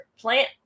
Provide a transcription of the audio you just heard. plant